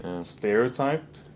stereotype